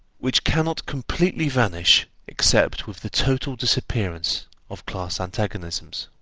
which cannot completely vanish except with the total disappearance of class antagonisms.